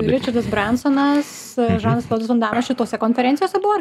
ričardas brensonas žanas klodas van damas šitose konferencijose buvo